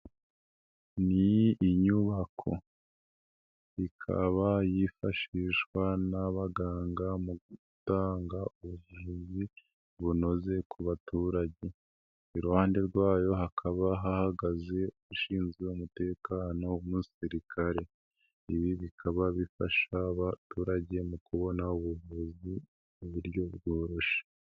Ni inyubako, ikaba yifashishwa n'abaganga mu gutanga ubuvuzi bunoze ku baturage, iruhande rwayo hakaba hahagaze ushinzwe umutekano w'umusirikare, ibi bikaba bifasha abaturage mu kubona ubuvuzi muburyo bwororoshye.